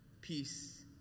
peace